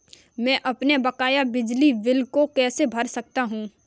मैं अपने बकाया बिजली बिल को कैसे भर सकता हूँ?